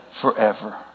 forever